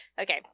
Okay